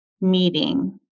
meeting